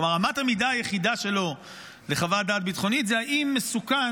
כלומר אמת המידה היחידה שלו לחוות דעת ביטחונית היא אם מסוכן,